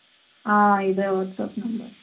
ఇదే WhatsApp number